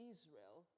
Israel